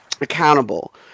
accountable